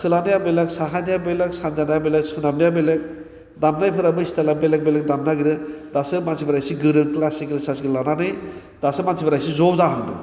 खोलानिया बेलेग साहानिया बेलेग सानजाना बेलेग सोनाबना बेलेग दामनाय फोराबो स्टाइला बेलेग बेलेग दामनो नागेरो दासो मानसिफोरा एसे गोरों क्लासिकेल थासिकेल लानानै दासो मानसिफोरा एसे ज' जाहांदों